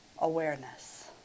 awareness